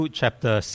chapter